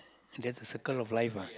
that's a circle of life lah